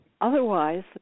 Otherwise